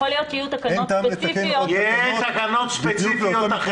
אין טעם לתקן עוד תקנות בדיוק לאותו